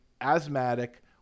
asthmatic